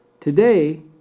Today